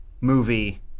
movie